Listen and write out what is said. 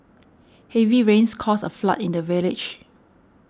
heavy rains caused a flood in the village